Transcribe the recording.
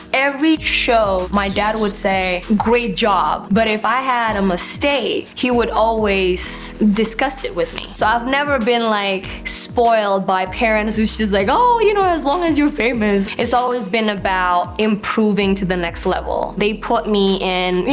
every show, my dad would say, great job. but if i had a mistake, he would always discuss it with me. so i've never been, like, spoiled by parents, who is just like, oh, you know, as long as you're famous. it has always been about improving to the next level. they put me in, you